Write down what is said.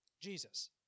Jesus